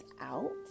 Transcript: out